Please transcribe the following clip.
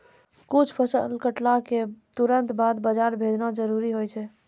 कुछ फसल कटला क तुरंत बाद बाजार भेजना जरूरी होय छै